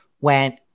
went